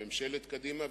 בממשלת קדימה,